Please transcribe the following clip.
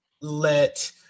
let